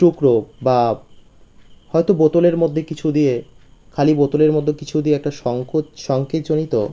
টুকরো বা হয়তো বোতলের মধ্যে কিছু দিয়ে খালি বোতলের মধ্যে কিছু দিয়ে একটা সঙ্কেতজনিত